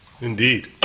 Indeed